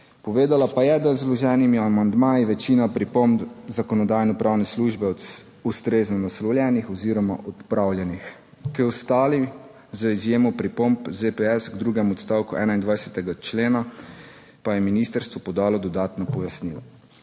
Povedala pa je, da je z vloženimi amandmaji večina pripomb Zakonodajno-pravne službe ustrezno naslovljena oziroma odpravljena. K ostalim, z izjemo pripomb ZPS k drugemu odstavku 21. člena, pa je ministrstvo podalo dodatna pojasnila.